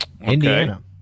Indiana